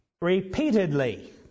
Repeatedly